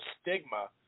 stigma